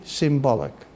symbolic